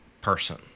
person